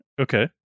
Okay